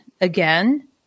again